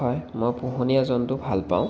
হয় মই পোহনীয়া জন্তু ভাল পাওঁ